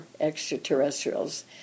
extraterrestrials